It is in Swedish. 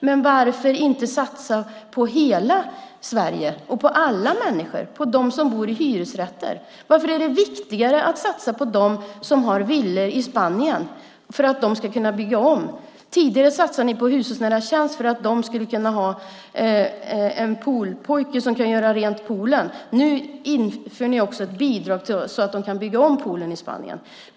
Men varför satsar man inte på hela Sverige och på alla människor, på dem som bor i hyresrätter? Varför är det viktigare att satsa på dem som har villor i Spanien för att de ska kunna bygga om? Tidigare satsade ni på hushållsnära tjänster för att de som bor i Spanien skulle kunna ha en poolpojke som kan göra rent i poolen. Nu inför ni också ett bidrag så att de kan bygga om poolen i Spanien.